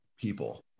people